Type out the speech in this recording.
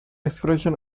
expression